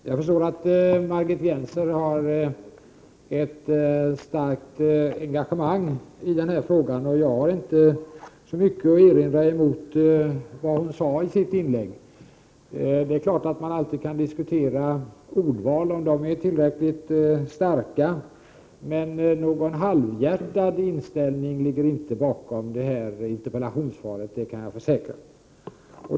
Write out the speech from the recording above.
Fru talman! Jag förstår att Margit Gennser har ett starkt engagemang i den här frågan. Jag har inte mycket att erinra mot vad hon sade i sitt inlägg. Man kan naturligtvis alltid diskutera ordval och om orden är tillräckligt starka. Men någon halvhjärtad inställning ligger inte bakom detta interpellationssvar — det kan jag försäkra.